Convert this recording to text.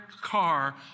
car